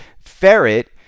ferret